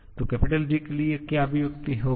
तो G के लिए क्या अभिव्यक्ति होगी